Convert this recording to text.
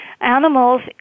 animals